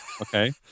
Okay